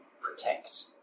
protect